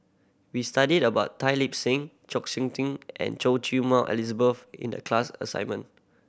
we studied about Tan Lip Seng Chng Seok Tin and Choy Su Moi Elizabeth in the class assignment